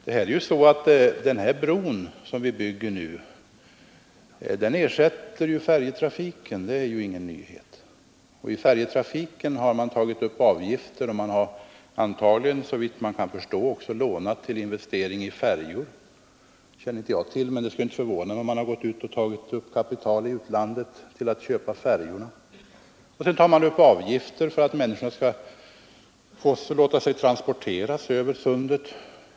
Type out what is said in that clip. Den bro som vi nu tänker bygga skall ersätta färjtrafiken, det är ju ingen nyhet. I färjtrafiken har man tagit upp avgifter, och såvitt jag kan förstå har man också lånat till investering i färjor. Det känner jag inte till, men det skulle inte förvåna mig om man lånat kapital i utlandet för att köpa färjorna. Sedan tar man upp avgifter för att människorna låter sig transporteras över sundet.